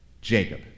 Jacob